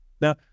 Now